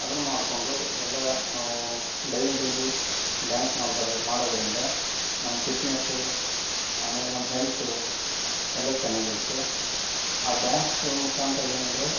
ಅದು ಮಾಡ್ಕೊಂಡು ಎಲ್ಲ ನಾವೂ ಡೈಲಿ ಡೈಲಿ ಡ್ಯಾನ್ಸ್ ಮಾಡ್ತಾರೆ ಮಾಡೋದ್ರಿಂದ ನಮ್ಮ ಫಿಟ್ನೆಸ್ಸು ಆಮೇಲೆ ನಮ್ಮ ಹೆಲ್ತ್ ಎಲ್ಲ ಚೆನ್ನಾಗಿರುತ್ತೆ ಆ ಡ್ಯಾನ್ಸ್ ಮುಖಾಂತರ ಏನಂದರೆ